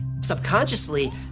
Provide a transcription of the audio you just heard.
Subconsciously